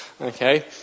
Okay